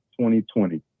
2020